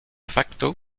facto